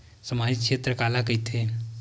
सामजिक क्षेत्र काला कइथे?